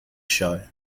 show